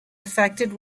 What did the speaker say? affected